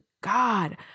God